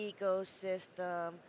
ecosystem